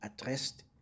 addressed